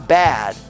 bad